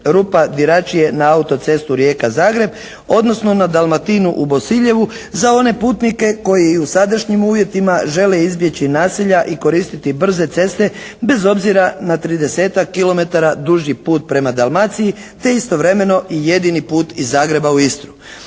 Rupa-Diračije na autocestu Rijeka-Zagreb, odnosno na Dalmatinu u Bosiljevu za one putnike koji i u sadašnjim uvjetima žele izbjeći nasilja i koristiti brze ceste bez obzira na 30-tak kilometara duži put prema Dalmaciji te istovremeno i jedini put iz Zagreba u Istru.